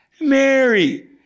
Mary